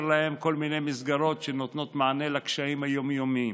להם כל מיני מסגרות שנותנות מענה לקשיים היום-יומיים.